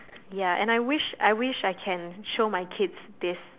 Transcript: ya and I wish I wish I can show my kids this